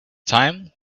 time